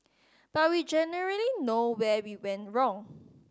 but we generally know where we went wrong